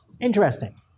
interesting